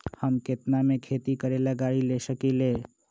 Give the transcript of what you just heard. हम केतना में खेती करेला गाड़ी ले सकींले?